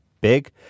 big